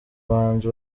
bahanzi